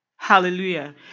Hallelujah